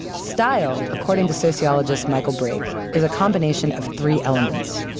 style, according to sociologist michael brake, is a combination of three elements.